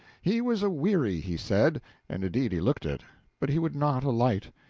he was aweary, he said, and indeed he looked it but he would not alight.